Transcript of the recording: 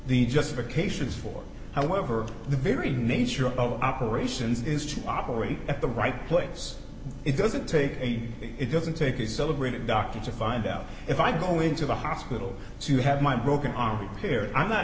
the justifications for however the very nature of operations is to operate at the right place it doesn't take it doesn't take a celebrated doctor to find out if i go into the hospital to have my broken arm chair i'm not